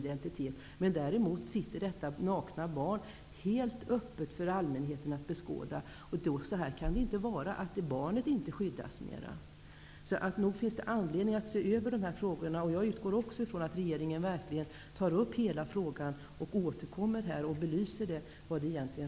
Detta nakna barn satt alltså helt öppet för allmänheten att beskåda. Så får det inte vara, att barnet inte skyddas mer. Nog finns det anledning att se över dessa frågor. Jag utgår också från att regeringen verkligen tar upp hela frågan och återkommer och belyser den.